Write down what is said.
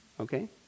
Okay